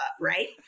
right